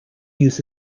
use